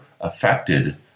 affected